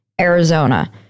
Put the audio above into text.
Arizona